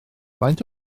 faint